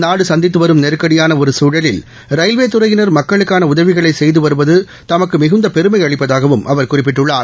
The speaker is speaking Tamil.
நாடு சந்தித்துவரும் நெருக்கடியான ஒரு சூழலில் ரயில்வே துறையினர் மக்களுக்கான உதவிகளை செய்துவருவது தமக்கு மிகுந்த பெருமை அளிப்பதாகவும் அவர் குறிப்பிட்டுள்ளார்